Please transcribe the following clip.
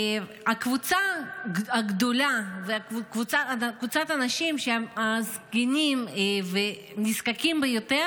הקבוצה הגדולה וקבוצת האנשים שהם הזקנים והנזקקים ביותר,